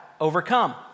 Overcome